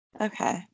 Okay